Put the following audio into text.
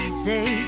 say